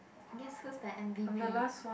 guess who's the M_V_P